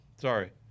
sorry